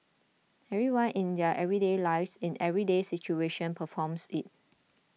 everyone in their everyday lives in everyday situation performs it